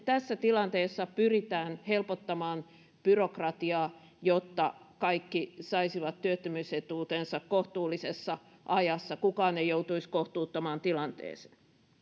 tässä tilanteessa pyritään helpottamaan byrokratiaa jotta kaikki saisivat työttömyysetuutensa kohtuullisessa ajassa kukaan ei joutuisi kohtuuttomaan tilanteeseen